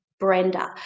Brenda